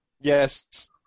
Yes